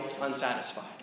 unsatisfied